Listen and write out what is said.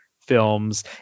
films